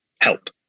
help